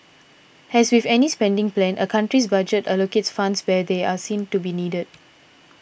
as with any spending plan a country's budget allocates funds where they are seen to be needed